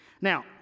Now